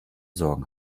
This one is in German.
sorgen